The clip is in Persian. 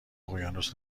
اقیانوس